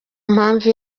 mpamvu